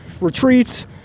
retreats